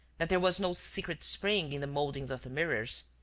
that there was no secret spring in the mouldings of the mirrors.